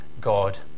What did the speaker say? God